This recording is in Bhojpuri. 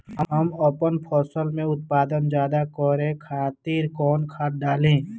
हम आपन फसल में उत्पादन ज्यदा करे खातिर कौन खाद डाली?